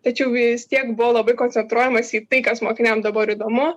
tačiau vis tiek buvo labai koncentruojamasi į tai kas mokiniam dabar įdomu